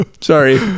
Sorry